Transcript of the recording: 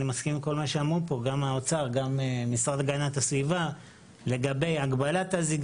אני מסכים עם כל מה שאמרו פה לגבי הגבלת הזיכיון,